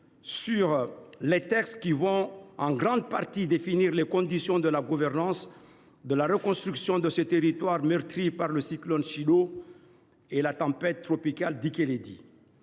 sur les textes qui définiront en grande partie les conditions de la gouvernance de la reconstruction de ce territoire meurtri par le cyclone Chido et la tempête tropicale Dikeledi.